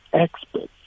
experts